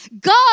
God